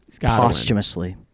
posthumously